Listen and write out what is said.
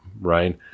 right